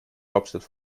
hauptstadt